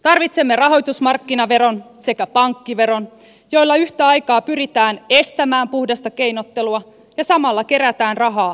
tarvitsemme rahoitusmarkkinaveron sekä pankkiveron joilla yhtä aikaa pyritään estämään puhdasta keinottelua ja samalla kerätään rahaa velkakriisin hoitoon